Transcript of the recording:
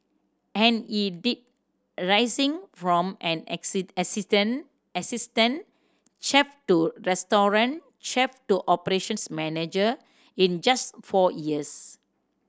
and he did rising from an assistant assistant chef to restaurant chef to operations manager in just four years